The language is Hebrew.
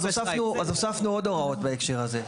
אז הוספנו, אז הוספנו עוד הוראות בהקשר הזה.